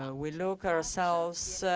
ah we look ourselves